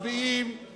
מצביעים